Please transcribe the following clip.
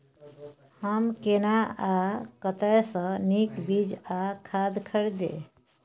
हम केना आ कतय स नीक बीज आ खाद खरीदे?